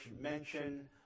mention